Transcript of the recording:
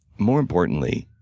more importantly,